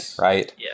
right